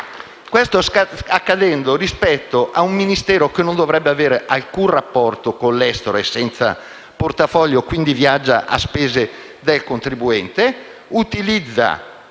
Questo sta accadendo rispetto ad un Ministero che non dovrebbe avere alcun rapporto con l'estero (è senza portafoglio e quindi viaggia a spese del contribuente), ma